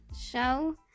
show